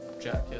jacket